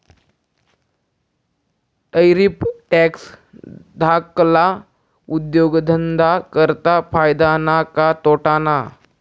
Tariff tax धाकल्ला उद्योगधंदा करता फायदा ना का तोटाना?